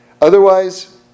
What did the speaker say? otherwise